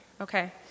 Okay